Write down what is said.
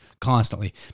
constantly